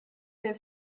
minn